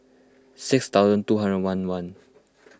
six thousand two hundred one one